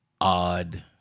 odd